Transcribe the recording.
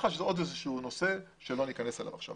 מח"ש היא עוד איזשהו נושא שלא ניכנס אליו עכשיו.